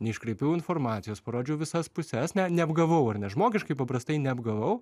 neiškraipiau informacijos parodžiau visas puses ne neapgavau ar ne žmogiškai paprastai neapgavau